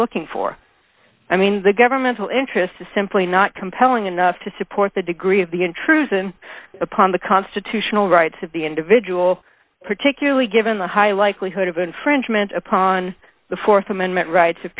looking for i mean the governmental interest is simply not compelling enough to support the degree of the intrusion upon the constitutional rights of the individual particularly given the high likelihood of infringement upon the th amendment rights of